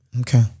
Okay